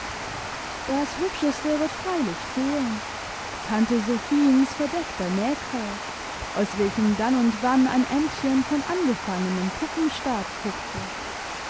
das hübscheste wird freilich fehlen tante sophiens verdeckter nähkorb aus welchem dann und wann ein endchen von angefangenem puppenstaat guckte